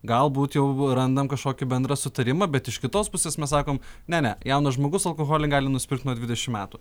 galbūt jau randam kažkokį bendrą sutarimą bet iš kitos pusės mes sakom ne ne jaunas žmogus alkoholį gali nusipirkt nuo dvidešim metų